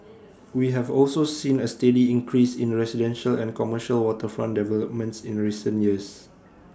we have also seen A steady increase in residential and commercial waterfront developments in recent years